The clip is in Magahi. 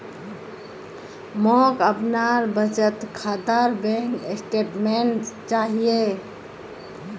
मोक अपनार बचत खातार बैंक स्टेटमेंट्स चाहिए